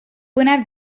põnev